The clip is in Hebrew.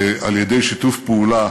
ועל-ידי שיתוף פעולה